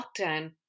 lockdown